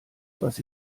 was